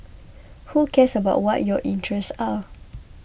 who cares about what your interests are